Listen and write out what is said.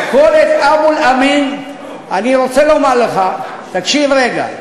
מכולת אבו אל-אמין, אני רוצה לומר לך, תקשיב רגע,